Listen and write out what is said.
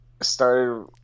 started